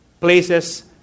places